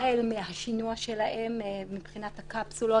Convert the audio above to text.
החל מהשינוע שלהם מבחינת הקפסולות,